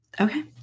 Okay